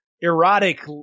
erotic